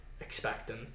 Expecting